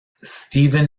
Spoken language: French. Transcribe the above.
stephen